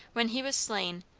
when he was slain,